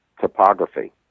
topography